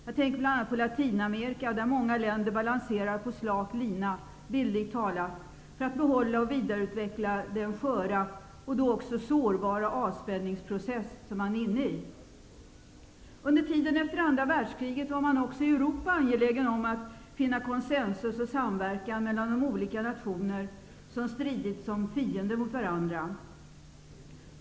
Jag tänker bl.a. på Latinamerika, där många länder bildligt talat balanserar på slak lina för att behålla och vidareutveckla den sköra, och då också sårbara, avspänningsprocess som man är inne i. Under tiden efter andra världskriget var man också i Europa angelägen om att finna konsensus och samverkan mellan de olika nationer som stridit som fiender mot varandra.